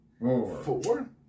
four